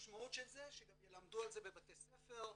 המשמעות של זה שגם ילמדו את זה בבתי ספר,